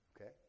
Okay